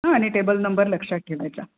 हां आणि table number लक्षात ठेवायचा